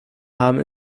haben